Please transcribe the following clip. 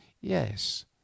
Yes